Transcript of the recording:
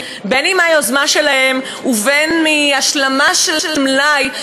אם מיוזמתם ואם להשלמה של מלאי,